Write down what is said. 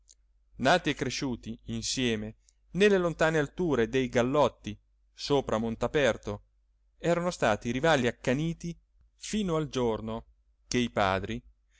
nati e cresciuti insieme nelle lontane alture dei gallotti sopra montaperto erano stati rivali accaniti fino al giorno che i padri